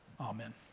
Amen